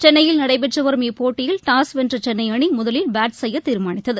சென்னையில் நடைபெற்று வரும் இப்போட்டியில் டாஸ் வென்ற சென்னை அணி முதலில் பேட் செய்ய தீர்மானித்தது